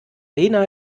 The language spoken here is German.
lena